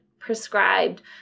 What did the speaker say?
Prescribed